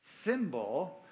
symbol